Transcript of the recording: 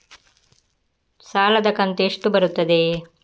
ಸಾಲದ ಕಂತು ಎಷ್ಟು ಬರುತ್ತದೆ?